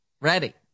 Ready